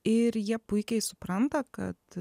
ir jie puikiai supranta kad